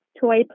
toy